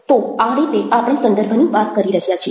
તો આ રીતે આપણે સંદર્ભની વાત કરી રહ્યા છીએ